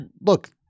look